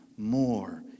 more